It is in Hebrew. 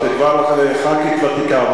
את כבר חברת כנסת ותיקה,